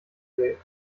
will